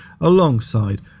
alongside